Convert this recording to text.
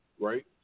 right